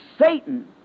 Satan